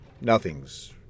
Nothing's